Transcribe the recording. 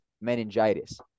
meningitis